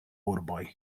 urboj